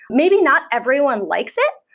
maybe not everyone likes it,